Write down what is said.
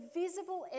visible